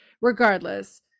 Regardless